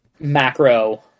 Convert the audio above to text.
macro